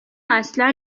اصلا